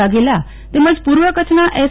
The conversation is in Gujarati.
વાઘેલા તેમજ પૂર્વ કચ્છ એસ